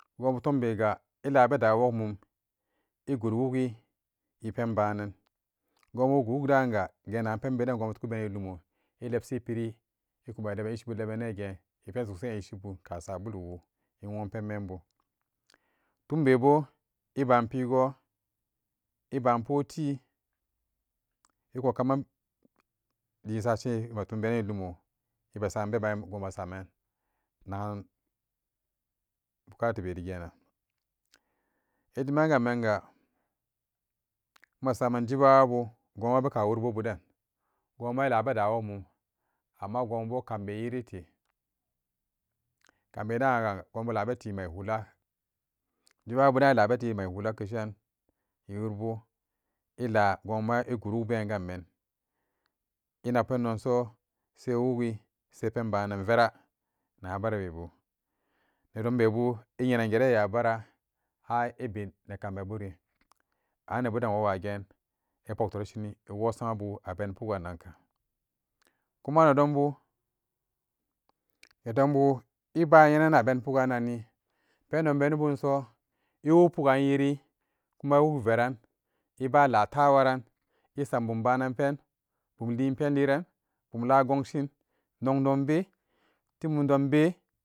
Gunbu tombega igot wugi ipan banan gonbu got wuk danan ga genagan penbeden gobu togorane lomo ilebshi peri iko balebenege ipen socshi n ishi ka sabolobu ilaumpemebu tumbebu iban pego iban portee. ikokamanlesashin ko tonbene lomo ibe saman beban gonbu saman nagan bukatabe nagan ge nan ejeman ganban ga emma saman jibawa bu guduma ibadaq qawabu den gubuma ilare da iworla mum amma gubu ma kambe kareele. kambe daka gonbu larate maihola jibawa buda larale maihola keshi dan wori bubo ilara ila gonbu ikori. Inak pen don so sai wugi sai pen banan vera nabara bebu nedom bebo iyanenan geran yabara har ibel nekam be buri annebuden wowa gen ipuk tori shin iwo samabu abene puk ganan ka kuma nedombu nedombu iba nyanan abenne pukgani pendom benibo so iwog pukgan yeri kuma iwok veran kuma ilata waran isam bun bananpe bumle penliran lagon shin non dombe tomman do be timombdombe.